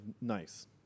nice